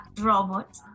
robot